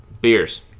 beers